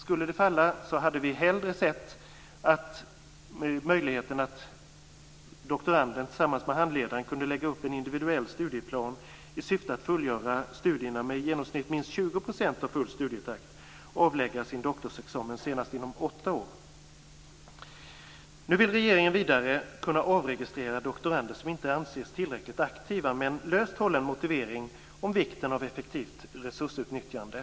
Skulle vårt yrkande falla ser vi dock hellre att doktoranden tillsammans med handledaren kunde lägga upp en individuell studieplan i syfte att genomföra studierna med i genomsnitt minst 20 % av full studietakt och avlägga sin doktorsexamen senast inom åtta år. Nu vill regeringen vidare kunna avregistrera doktorander som inte anses tillräckligt aktiva, med en löst hållen motivering om vikten av effektivt resursutnyttjande.